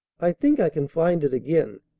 i think i can find it again.